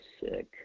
sick